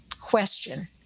question